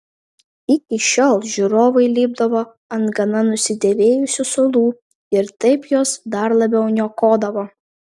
iki šiol žiūrovai lipdavo ant gana nusidėvėjusių suolų ir taip juos dar labiau niokodavo